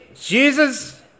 Jesus